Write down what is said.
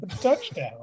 touchdown